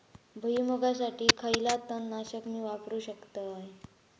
भुईमुगासाठी खयला तण नाशक मी वापरू शकतय?